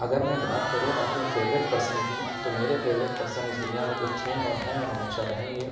اگر میں بات کروں اپنے فیوریٹ پرسن کی تو میرے فیوریٹ پرسن اِس دنیا میں جو تھیں اور ہیں اور ہمیشہ رہیں گے